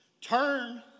Turn